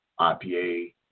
IPA